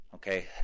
Okay